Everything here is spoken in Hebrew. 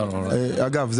אגב,